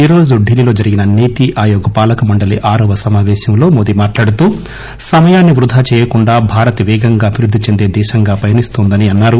ఈ రోజు ఢిల్లీలో జరిగిన నీతి ఆయోగ్ పాలక మండలీ ఆరవ సమావేశంలో మోదీ మాట్లాడుతూ సమయాన్ని వృధా చేయకుండా భారత్ వేగంగా అభివృద్ది చెందే దిశగా పయనిస్తోందని అన్సారు